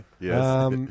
Yes